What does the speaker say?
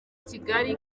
kigali